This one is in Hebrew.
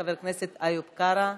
חבר הכנסת איוב קרא.